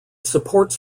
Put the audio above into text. supports